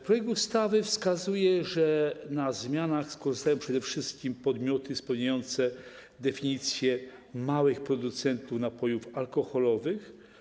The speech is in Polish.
Projekt ustawy wskazuje, że na zmianach skorzystają przede wszystkim podmioty spełniające definicję małych producentów napojów alkoholowych.